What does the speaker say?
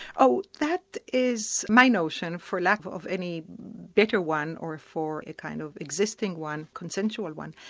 oh, that is my notion for lack of any better one or for a kind of existing one, consensual one,